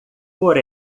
por